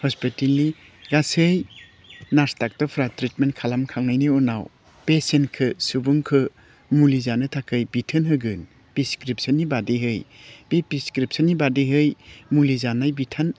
हस्पितालनि गासै नार्स डाक्टारफ्रा ट्रिटमेन्ट खालाम खांनायनि उनाव पेसियेन्टखौ सुबुंखौ मुलि जानो थाखाय बिथोन होगोन प्रेसक्रिपसननि बादिहै बे प्रेसक्रिपसननि बादिहै मुलि जानाय बिथोन